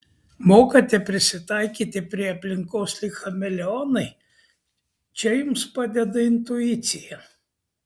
mokate prisitaikyti prie aplinkos lyg chameleonai čia jums padeda intuicija